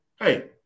hey